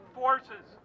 forces